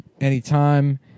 anytime